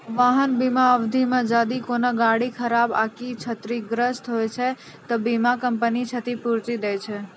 वाहन बीमा अवधि मे जदि कोनो गाड़ी खराब आकि क्षतिग्रस्त होय जाय छै त बीमा कंपनी क्षतिपूर्ति दै छै